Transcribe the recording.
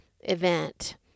event